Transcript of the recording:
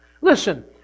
Listen